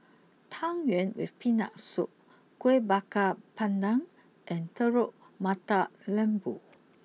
Tang Yuen with Peanut Soup Kuih Bakar Pandan and Telur Mata Lembu